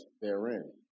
therein